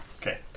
Okay